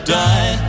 die